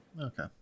Okay